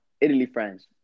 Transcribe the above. Italy-France